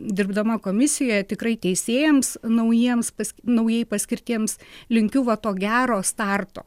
dirbdama komisijoje tikrai teisėjams naujiems pas naujai paskirtiems linkiu va to gero starto